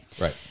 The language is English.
Right